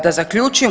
Da zaključim.